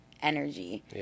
energy